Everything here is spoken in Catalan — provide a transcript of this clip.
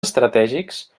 estratègics